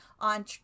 on